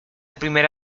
primera